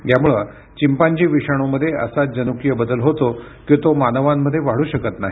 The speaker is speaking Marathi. यामुळे चिंपांझी विषाणूमध्ये असा जनूकीय बदल होतो की तो मानवांमध्ये वाढू शकत नाही